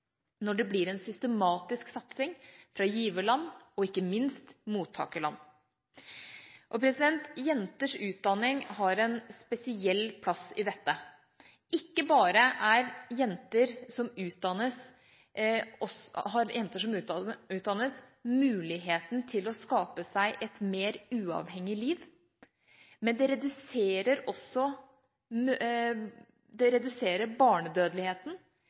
når det blir en systematisk satsing fra giverland, og ikke minst fra mottakerland. Jenters utdanning har en spesiell plass i dette. Ikke bare har jenter som utdannes, muligheten til å skape seg et mer uavhengig liv, men det reduserer barnedødeligheten, de får færre barn når de har utdanning, de giftes bort senere, og det